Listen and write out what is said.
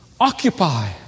Occupy